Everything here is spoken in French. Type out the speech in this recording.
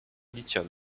lithium